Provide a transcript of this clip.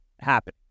happen